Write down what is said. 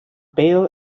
bail